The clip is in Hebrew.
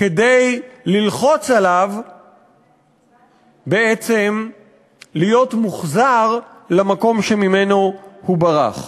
כדי ללחוץ עליו בעצם להיות מוחזר למקום שממנו הוא ברח.